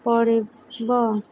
ପଡ଼ିବ